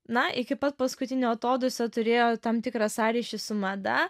na iki pat paskutinio atodūsio turėjo tam tikrą sąryšį su mada